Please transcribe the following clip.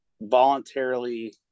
voluntarily